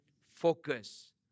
focus